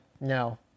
no